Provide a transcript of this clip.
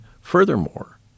furthermore